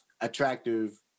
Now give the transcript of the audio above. attractive